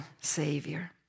Savior